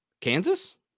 kansas